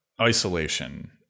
isolation